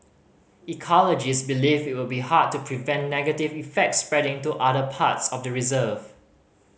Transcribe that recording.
ecologists believe it would be hard to prevent negative effects spreading to other parts of the reserve